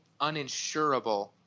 uninsurable